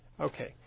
Okay